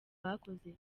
bakoze